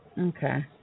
okay